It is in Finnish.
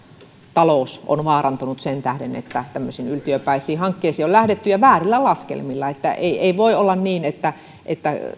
talous on vaarantunut sen tähden että tämmöisiin yltiöpäisiin hankkeisiin on lähdetty ja väärillä laskelmilla ei ei voi olla niin että että